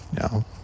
No